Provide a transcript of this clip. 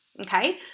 Okay